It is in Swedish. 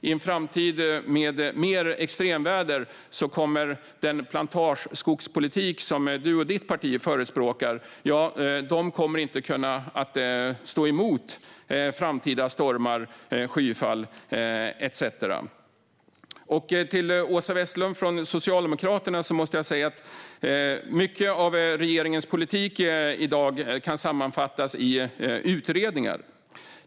I en framtid med mer extremväder kommer den plantageskog som Maria och hennes parti förespråkar inte att kunna stå emot stormar, skyfall etcetera. Till Åsa Westlund från Socialdemokraterna måste jag säga att mycket av regeringens politik i dag kan sammanfattas i utredningar.